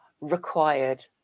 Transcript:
required